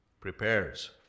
prepares